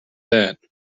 that